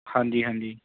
ਹਾਂਜੀ ਹਾਂਜੀ